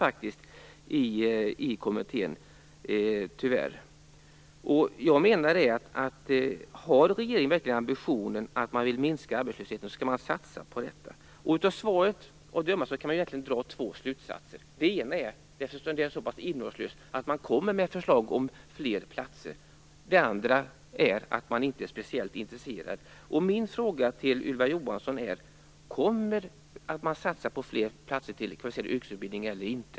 Vi i kommittén har tyvärr tvingats dra i nödbromsen. Har regeringen verkligen ambitionen att minska arbetslösheten, skall man satsa på Kvalificerad yrkesutbildning. Av svaret kan man dra två slutsatser. Den ena är - eftersom svaret är så pass innehållslöst - att man kommer att föreslå fler platser. Den andra slutsatsen är att man inte är speciellt intresserad. Min fråga till Ylva Johansson är: Kommer man att satsa på fler platser till Kvalificerad yrkesutbildning eller inte?